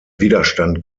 widerstand